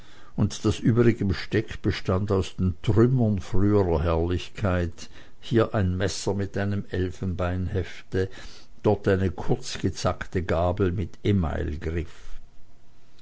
und das übrige besteck bestand aus den trümmern früherer herrlichkeit hier ein messer mit einem elfenbeinhefte dort eine kurzgezackte gabel mit